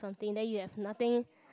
something then you have nothing